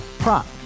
Prop